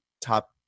top